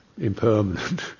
impermanent